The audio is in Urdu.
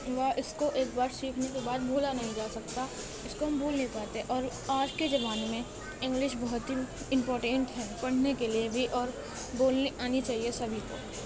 وہ اِس کو ایک بار سیکھنے کے بعد بھولا نہیں جا سکتا اِس کو ہم بھول نہیں پاتے اور آج کے زمانے میں انگلش بہت ہی امپارٹینٹ ہے پڑھنے کے لیے بھی اور بولنے آنی چاہیے سبھی کو